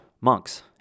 monks